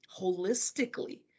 holistically